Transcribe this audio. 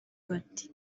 bati